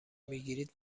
میگیرید